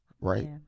Right